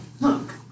look